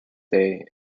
day